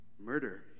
Murder